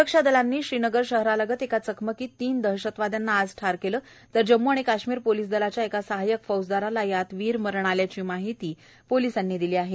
स्रक्षा दलांनी श्रीनगर शहरालगत एका चकमकीत तीन दहशतवाद्यांना आज ठार केलं तर जम्मू आणि काश्मीर पोलिस दलाच्या एका सहायक फौजदाराला यात वीर मरण आल्याची माहिती पोलिसांनी दिली आहे